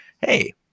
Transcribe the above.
hey